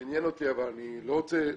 זה עניין אותי, אבל אני לא רוצה,